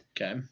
Okay